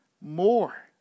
more